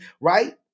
right